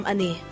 Ani